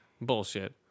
Bullshit